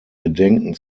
gedenken